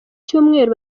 cyumweru